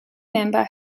member